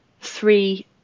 three